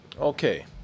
Okay